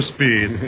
Speed